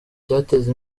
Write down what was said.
icyateza